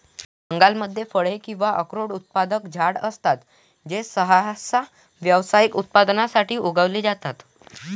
बागांमध्ये फळे किंवा अक्रोड उत्पादक झाडे असतात जे सहसा व्यावसायिक उत्पादनासाठी उगवले जातात